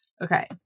Okay